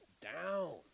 down